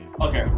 Okay